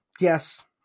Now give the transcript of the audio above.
Yes